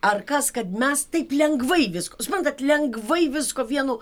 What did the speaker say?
ar kas kad mes taip lengvai visko suprantat lengvai visko vienu